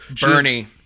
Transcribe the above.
Bernie